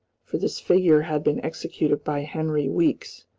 for this figure had been executed by henry weekes,